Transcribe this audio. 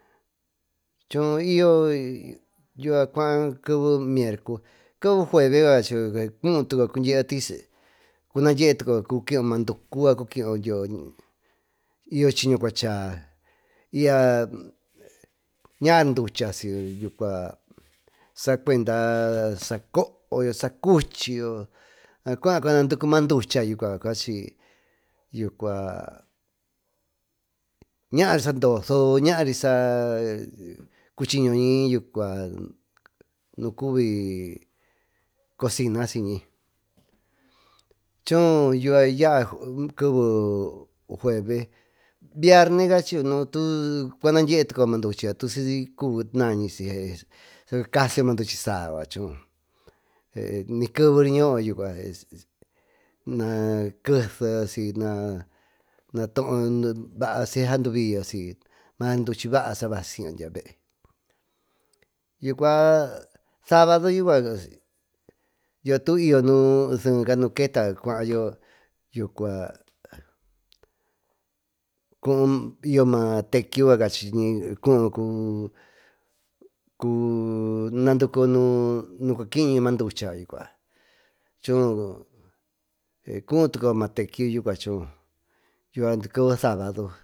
Keve jueve cuutu cuyo cundye eyo cukiyo maaducku y yo chiño cuachaa y ya naary uenasiyo sacuenda sacooyo sacuchiyo cuayo cuna ducuyo ma ducha yucua cuachi yucua naary saado soo ñaary sacuenda cocina choo yaa keve jueve, vierne cunadye tucuyo maa duchy tusicuby nañy casyyo maa duchy saa nikevery ñooyo nakeseyo mary duchy baasidyavee yucua sabado yucua tu yyo seeca nu ketayo cuuyo matekio yucua cuna ducuyo nukiñi manducha yucua cubi ma sabado.